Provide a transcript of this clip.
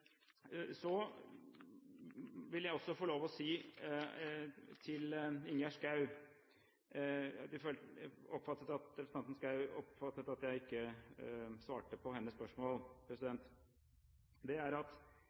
Så vil jeg også få lov til å si til Ingjerd Schou – jeg oppfattet at representanten Schou oppfattet at jeg ikke svarte på hennes spørsmål: